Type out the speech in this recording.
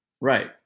Right